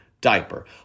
diaper